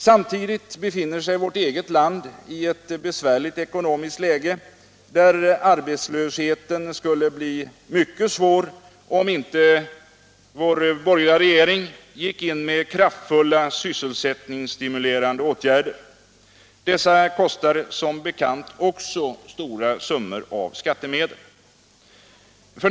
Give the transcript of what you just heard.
Samtidigt befinner sig vårt eget land i ett besvärligt ekonomiskt läge, där arbetslösheten skulle bli mycket svår, om inte vår borgerliga regering gick in med kraftfulla sysselsättningsstimulerande åtgärder. Dessa kostar som bekant också stora summor av skattemedel.